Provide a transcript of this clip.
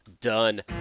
done